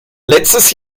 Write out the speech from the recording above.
letztes